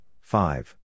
five